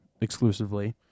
exclusively